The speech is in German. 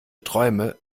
träume